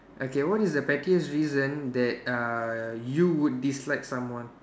okay what is the pettiest reason that uh you would dislike someone